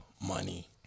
money